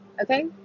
okay